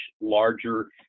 larger